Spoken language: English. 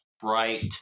bright